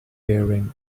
wearing